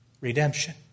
redemption